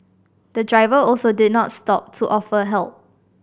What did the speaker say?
the driver also did not stop to offer help